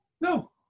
No